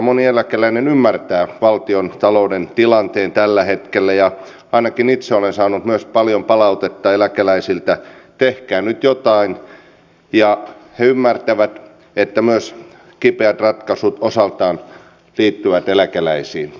moni eläkeläinen ymmärtää valtiontalouden tilanteen tällä hetkellä ja ainakin itse olen saanut myös paljon palautetta eläkeläisiltä että tehkää nyt jotain ja he ymmärtävät että myös kipeät ratkaisut osaltaan liittyvät eläkeläisiin